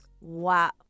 Wow